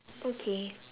okay